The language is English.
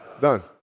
Done